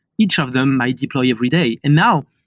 each of them might deploy every day. and now,